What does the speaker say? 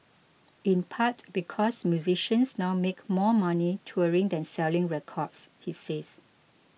in part because musicians now make more money touring than selling records he says